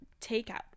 takeout